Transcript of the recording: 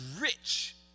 rich